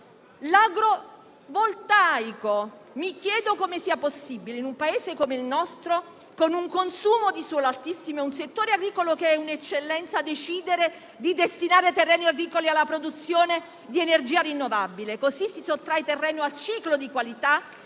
Sull'agrovoltaico, mi chiedo come sia possibile, in un Paese come il nostro, con un consumo di suolo altissimo e un settore agricolo che è un'eccellenza, decidere di destinare terreni agricoli alla produzione di energia rinnovabile. Così si sottrae terreno a cibo di qualità